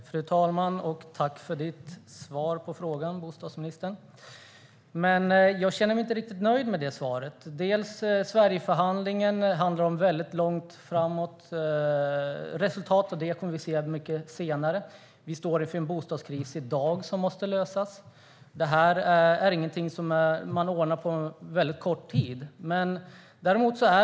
Fru talman! Tack, bostadsministern, för svaret på frågan! Jag känner mig dock inte riktigt nöjd med svaret. Resultatet av Sverigeförhandlingen kommer vi inte att se förrän långt senare, och i dag står vi inför en bostadskris som måste lösas. Detta är inte något som kan ordnas på kort tid. Fru talman!